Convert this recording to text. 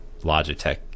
Logitech